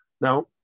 Now